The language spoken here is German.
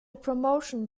promotion